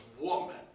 woman